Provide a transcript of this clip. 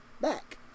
Back